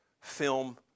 film